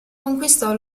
conquistò